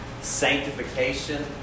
Sanctification